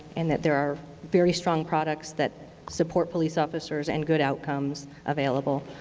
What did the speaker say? and that there are very strong products that support police officers and good outcomes available.